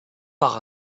par